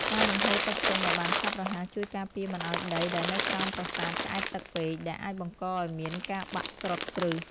ការបង្ហូរទឹកចេញបានឆាប់រហ័សជួយការពារមិនឱ្យដីដែលនៅក្រោមប្រាសាទឆ្អែតទឹកពេក ដែលអាចបង្កឱ្យមានការបាក់ស្រុតគ្រឹះ។